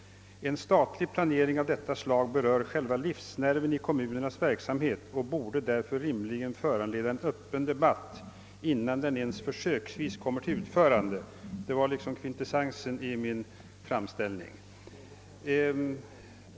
Där sade jag: »En statlig planering av detta slag berör själva livsnerven i kommunernas verksamhet och borde därför rimligen föranleda en öppen debatt innan den ens försöksvis kommer till utförande.» Detta var kvintessensen av min framställning.